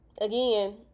Again